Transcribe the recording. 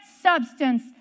substance